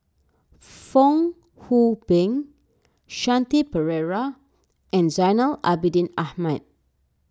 Fong Hoe Beng Shanti Pereira and Zainal Abidin Ahmad